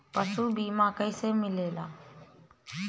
पशु बीमा कैसे मिलेला?